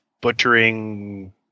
butchering